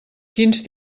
quins